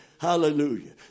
Hallelujah